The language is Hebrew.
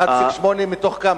1.8 מתוך כמה?